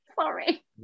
Sorry